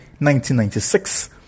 1996